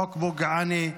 חוק פוגעני,